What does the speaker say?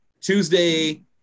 Tuesday